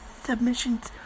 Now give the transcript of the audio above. submissions